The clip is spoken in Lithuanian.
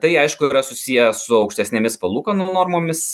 tai aišku yra susiję su aukštesnėmis palūkanų normomis